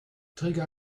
träger